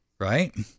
right